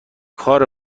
کار